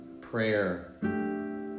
prayer